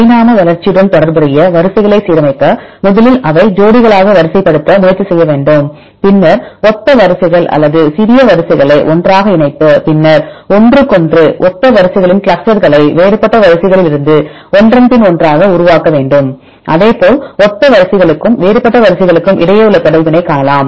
பரிணாம வளர்ச்சியுடன் தொடர்புடைய வரிசைகளை சீரமைக்க முதலில் அவை ஜோடிகளாக வரிசைப்படுத்த முயற்சி செய்ய வேண்டும் பின்னர் ஒத்த வரிசைகள் அல்லது சிறிய வரிசைகளை ஒன்றாக இணைத்து பின்னர் ஒன்றுக்கொன்று ஒத்த வரிசைகளின் கிளஸ்டர்களை வேறுபட்ட வரிசைகளில் இருந்து ஒன்றன்பின் ஒன்றாக உருவாக்க வேண்டும் அதேபோல் ஒத்த வரிசைகளுக்கும் வேறுபட்ட வரிசைகளுக்கு இடையே உள்ள தொடர்பினை காணலாம்